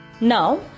Now